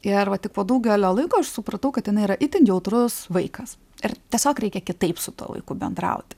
ir va tik po daugelio laiko aš supratau kad jinai yra itin jautrus vaikas ir tiesiog reikia kitaip su tuo vaiku bendrauti